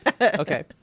Okay